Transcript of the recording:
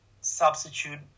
substitute